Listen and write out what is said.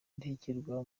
indashyikirwa